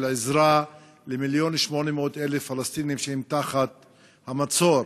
עזרה ל-1.8 מיליון פלסטינים שהם תחת המצור.